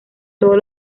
todos